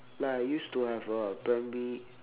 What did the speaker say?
like I used to have a primary